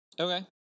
okay